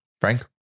Frank